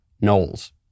Knowles